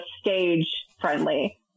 stage-friendly